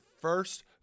first